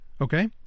Okay